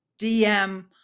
DM